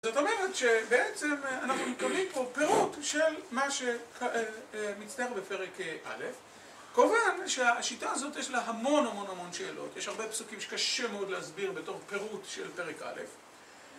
זאת אומרת שבעצם אנחנו מקבלים פה פירוט של מה שמצטייר בפרק א'. כמובן שהשיטה הזאת יש לה המון המון המון שאלות. יש הרבה פסוקים שקשה מאוד להסביר בתור פירוט של פרק א',